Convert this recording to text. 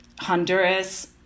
Honduras